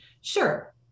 Sure